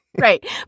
Right